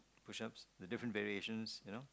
push ups the different variations you know